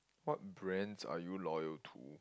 what brands are you loyal to